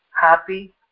happy